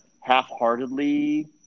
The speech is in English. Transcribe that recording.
half-heartedly